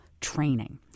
training